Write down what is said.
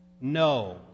No